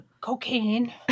cocaine